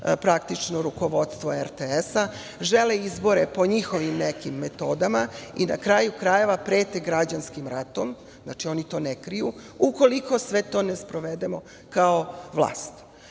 raspusti rukovodstvo RTS-a, žele izbore po njihovim nekim metodama i, na kraju krajeva, prete građanskim ratom, znači oni to ne kriju, ukoliko sve to ne sprovedemo kao vlast.6/1